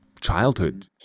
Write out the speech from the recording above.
childhood